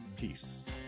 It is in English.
Peace